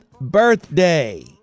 birthday